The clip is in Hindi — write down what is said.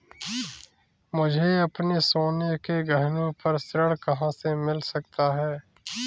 मुझे अपने सोने के गहनों पर ऋण कहाँ से मिल सकता है?